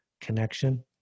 connection